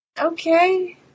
okay